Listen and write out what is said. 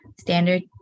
standard